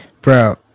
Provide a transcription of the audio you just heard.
Bro